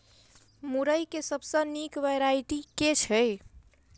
मुरई केँ सबसँ निक वैरायटी केँ छै?